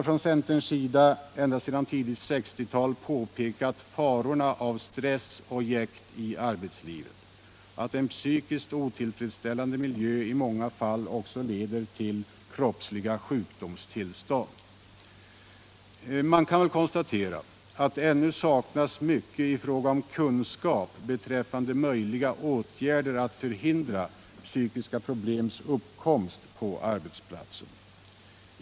Från centerns sida har vi ända sedan tidigt 1960-tal pekat på farorna av stress och jäkt i arbetslivet, på att en psykiskt otillfredsställande miljö i många fall också leder till kroppsliga sjukdomstillstånd. Ännu saknas mycket i fråga om kunskap beträffande möjliga åtgärder för att förhindra psykiska problems uppkomst på arbetsplatsen.